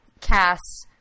casts